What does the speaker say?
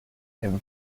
him